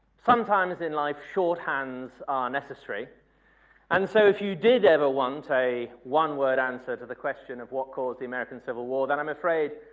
sometimes in life, short hands are necessary and so if you did ever want a one-word answer to the question of what caused the american civil war then i'm afraid